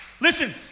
Listen